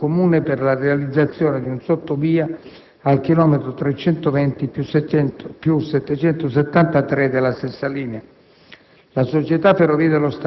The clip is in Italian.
tra le Ferrovie dello Stato ed il Comune per la realizzazione di un sottovia al chilometro 320+773 della stessa linea.